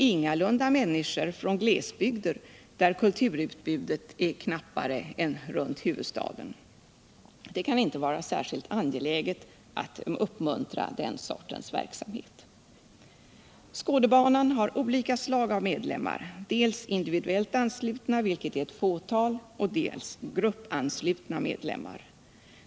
ingalunda människor från glesbygder där kulturutbudet är knappare än runt huvudstaden. Det kan inte vara särskilt angeläget att uppmuntra den sortens verksamhet. Skådebanan har olika slag av medlemmar, dels individuellt anslutna — de är ett fåtal — dels gruppanslutna medlemmar.